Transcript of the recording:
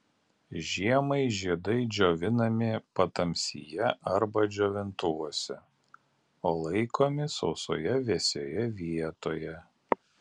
žiemai žiedai džiovinami patamsyje arba džiovintuvuose o laikomi sausoje vėsioje vietoje